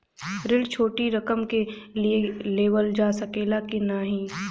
ऋण छोटी रकम के लिए लेवल जा सकेला की नाहीं?